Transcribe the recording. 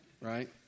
right